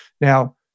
Now